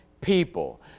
people